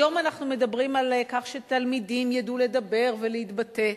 היום אנחנו מדברים על כך שתלמידים ידעו לדבר ולהתבטא,